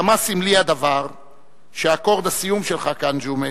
כמה סמלי הדבר שאקורד הסיום שלך כאן, ג'ומס,